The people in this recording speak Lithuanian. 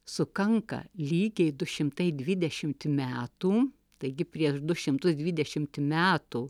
sukanka lygiai du šimtai dvidešimt metų taigi prieš du šimtus dvidešimt metų